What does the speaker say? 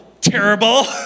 terrible